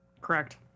Correct